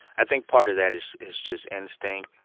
i think part of that is is just instinct.